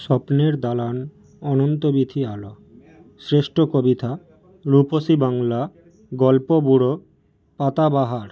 স্বপ্নের দালান অনন্ত বিথি আলো শ্রেষ্ঠ কবিতা রূপসী বাংলা গল্প বুড়ো পাতাবাহার